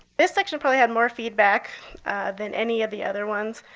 this section probably had more feedback than any of the other ones,